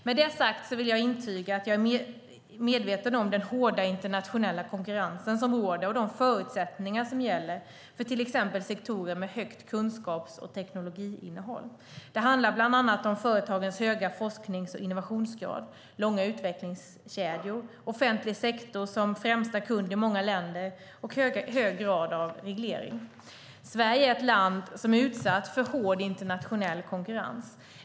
Med det sagt vill jag intyga att jag är medveten om den hårda internationella konkurrens som råder och de förutsättningar som gäller för till exempel sektorer med högt kunskaps och teknologiinnehåll. Det handlar bland annat om företagens höga forsknings och innovationsgrad, långa utvecklingskedjor, offentlig sektor som främsta kund i många länder samt hög grad av reglering. Sverige är ett land som är utsatt för en hård internationell konkurrens.